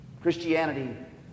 Christianity